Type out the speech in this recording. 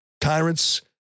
tyrants